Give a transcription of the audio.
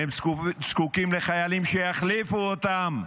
הם זקוקים לחיילים שיחליפו אותם.